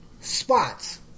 spots